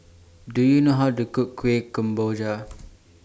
Do YOU know How to Cook Kueh Kemboja